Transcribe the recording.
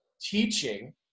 teaching